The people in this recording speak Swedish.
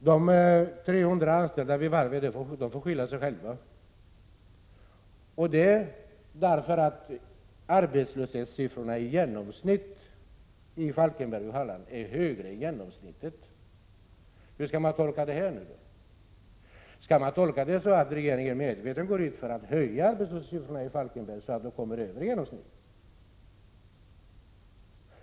De 300 anställda vid varvet får skylla sig själva — därför att arbetslöshetssiffrorna i Falkenberg och Halland i allmänhet är lägre än genomsnittet. Hur skall man tolka detta? Skall man tolka detta så, att regeringen medvetet går in för att höja arbetslöshetssiffrornai Falkenberg, så att de blir högre än genomsnittet?